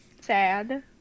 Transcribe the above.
Sad